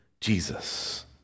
Jesus